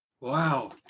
Wow